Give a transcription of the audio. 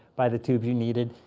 buy the tube you needed,